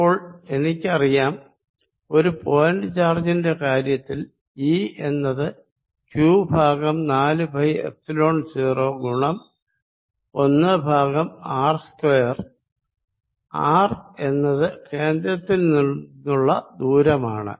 ഇപ്പോൾ എനിക്കറിയാം ഒരു പോയിന്റ് ചാർജിന്റെ കാര്യത്തിൽ ഈ എന്നത് ക്യൂ ഭാഗം നാലു പൈ എപ്സിലോൺ 0 ഗുണം ഒന്ന് ഭാഗം ആർ സ്ക്വയർ ആർ എന്നത് കേന്ദ്രത്തിൽ നിന്നുള്ള ദൂരമാണ്